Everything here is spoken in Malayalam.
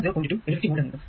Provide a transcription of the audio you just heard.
2 × 15 വോൾട് എന്ന് കിട്ടും